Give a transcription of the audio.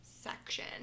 section